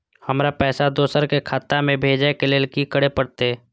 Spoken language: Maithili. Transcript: हमरा पैसा दोसर के खाता में भेजे के लेल की करे परते?